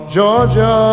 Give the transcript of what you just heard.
Georgia